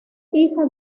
hija